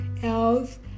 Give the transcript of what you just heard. Health